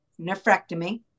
Nephrectomy